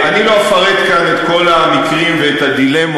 אני לא אפרט כאן את כל המקרים והדילמות